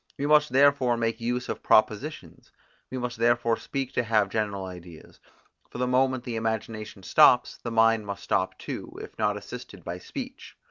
we must therefore make use of propositions we must therefore speak to have general ideas for the moment the imagination stops, the mind must stop too, if not assisted by speech.